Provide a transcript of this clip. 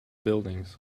buildings